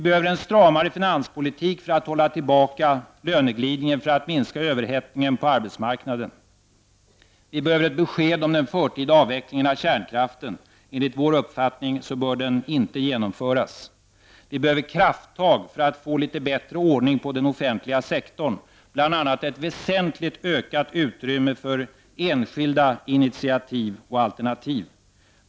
Vi behöver en stramare finanspolitik för att hålla tillbaka löneglidningen och för att minska överhettningen på arbetsmarknaden. Vi behöver ett besked om den förtida avvecklingen av kärnkraften. Enligt vår uppfattning bör den inte genomföras. Vi behöver krafttag för att få litet bättre ordning på den offentliga sektorn, bl.a. ett väsentligt ökat utrymme för enskilda initiativ och alternativ.